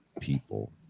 people